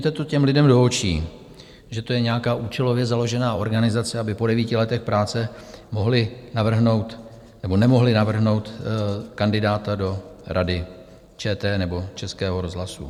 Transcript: Řekněte to těm lidem do očí, že to je nějaká účelově založená organizace, aby po devíti letech práce mohli navrhnout nebo nemohli navrhnout kandidáta do Rady ČT nebo Českého rozhlasu.